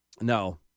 No